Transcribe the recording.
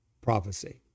prophecy